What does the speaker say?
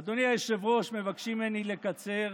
אדוני היושב-ראש, מבקשים ממני לקצר,